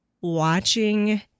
watching